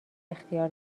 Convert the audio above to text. اختیار